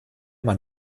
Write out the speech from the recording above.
man